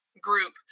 group